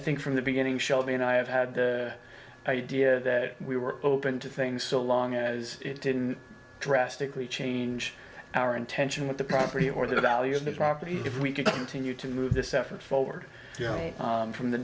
think from the beginning shelby and i have had idea that we were open to things so long as it didn't drastically change our intention with the property or the value of the property if we continue to move this effort forward from the